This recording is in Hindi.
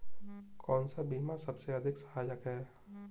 कौन सा बीमा सबसे अधिक सहायक है?